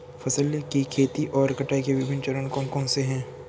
फसल की खेती और कटाई के विभिन्न चरण कौन कौनसे हैं?